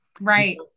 right